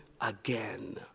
again